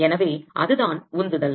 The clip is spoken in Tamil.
எனவே அதுதான் உந்துதல்